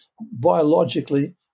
biologically